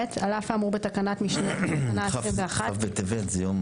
(ב)על אף האמור בתקנה 21, עד יום